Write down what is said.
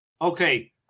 Okay